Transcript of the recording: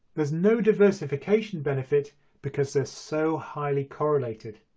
there's no diversification benefit because they're so highly correlated,